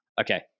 Okay